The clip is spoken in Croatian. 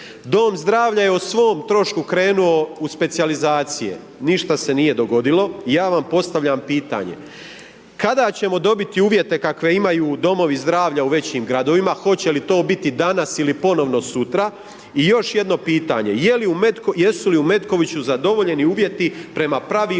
Dom zdravlja je o svom trošku krenuo u specijalizacije, ništa se nije dogodilo. Ja vam postavljam pitanje, kada ćemo dobiti uvjete kakve imaju Domovi zdravlja u većim gradovima, hoće li to biti danas ili ponovno sutra? I još jedno pitanje, jesu li u Metkoviću zadovoljeni uvjeti prema Pravilniku